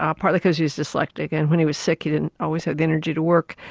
um partly because he was dyslectic and when he was sick he didn't always have the energy to work.